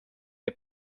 der